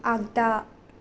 आगदा